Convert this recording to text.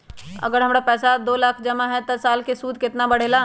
अगर हमर पैसा दो लाख जमा है त साल के सूद केतना बढेला?